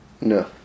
no